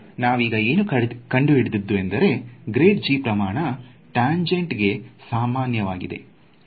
ನಾವೀಗ ಏನು ಕಂಡುಹಿಡಿದದ್ದು ಎಂದರೆ ಪ್ರಮಾಣ ಟ್ಯಾಂಜೆನ್ಟ್ ಗೆ ಸಾಮಾನ್ಯವಾಗಿದೆ ಎಂದು